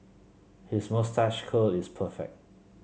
his moustache curl is perfect